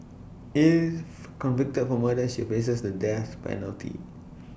if convicted of murder she faces the death penalty